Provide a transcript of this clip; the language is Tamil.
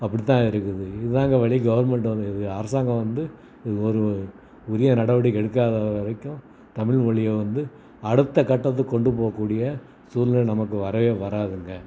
அப்படித்தான் இருக்குது இதுதாங்க வழி கவர்மெண்ட் வந்து அரசாங்கம் வந்து இது ஒரு உரிய நடவடிக்கை எடுக்காத வரைக்கும் தமிழ் மொழிய வந்து அடுத்த கட்டத்துக்கு கொண்டுப்போகக்கூடிய சூழ்நிலை நமக்கு வரவே வராதுங்க